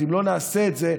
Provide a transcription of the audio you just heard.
צריכים לסייע להם,